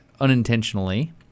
unintentionally